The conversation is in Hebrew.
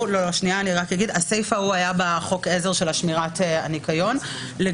הסיפה היה בחוק העזר של שמירת הניקיון --- אני